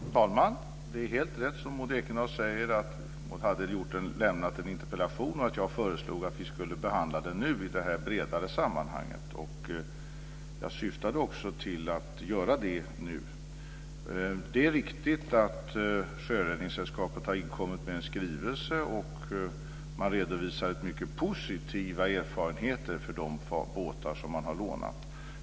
Fru talman! Det är helt rätt, som Maud Ekendahl säger, att hon hade lämnat en interpellation och att jag föreslog att vi skulle behandla den i det här bredare sammanhanget. Jag syftade också till att göra det nu. Det är riktigt att Sjöräddningssällskapet har inkommit med en skrivelse. Man redovisar mycket positiva erfarenheter av de båtar som man har lånat.